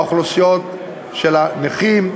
אוכלוסיות הנכים,